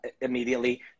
immediately